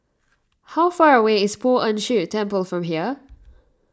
how far away is Poh Ern Shih Temple from here